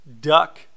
Duck